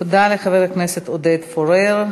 תודה לחבר הכנסת עודד פורר.